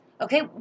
Okay